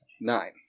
nine